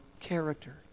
character